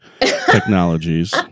technologies